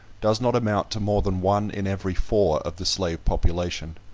does not amount to more than one in every four of the slave population.